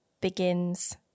begins